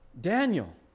Daniel